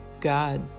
God